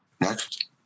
Next